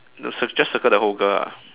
no cir~ just circle the whole girl ah